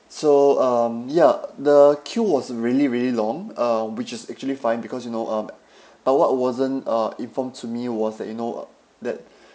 so um ya the queue was really really long uh which is actually fine because you know um but what wasn't uh informed to me was that you know that